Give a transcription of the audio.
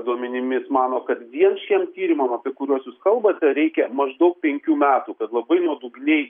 duomenimis mano kad vien šiem tyrimam apie kuriuos jūs kalbate reikia maždaug penkių metų kad labai nuodugniai